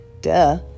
Duh